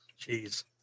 Jeez